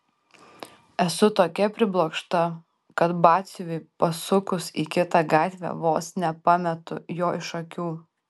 esu tokia priblokšta kad batsiuviui pasukus į kitą gatvę vos nepametu jo iš akių